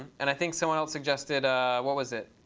and i think someone else suggested what was it?